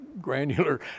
granular